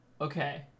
Okay